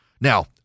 Now